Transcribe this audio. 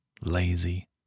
lazy